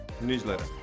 newsletter